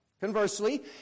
Conversely